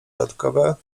dodatkowe